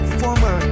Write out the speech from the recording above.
former